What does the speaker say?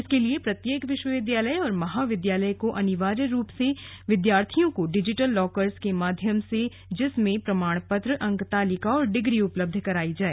इसके लिए प्रत्येक विश्वविद्यालय और महाविद्यालय को अनिवार्य रूप से विद्यार्थियों को डिजिटल लॉकर्स के माध्यम से जिसमें प्रमाण पत्र अंक तालिका और डिग्री उपलब्ध करायी जाए